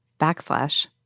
backslash